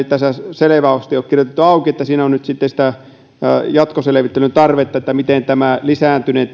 ole selvästi kirjoitettu auki että siinä on nyt sitten jatkoselvittelyn tarvetta miten tämän lisääntyneen